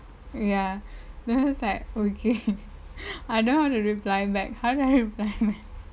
ya it's like okay I don't know how to reply back how do I reply back